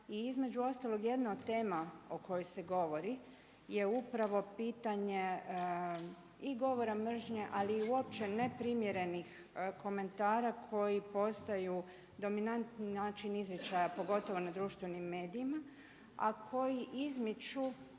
i između ostalog jedna od tema o kojoj se govori je upravo pitanje i govora mržnje ali i uopće ne primjerenih komentara koji postaju dominantni način izričaja pogotovo nad društvenim medijima a koji izmiču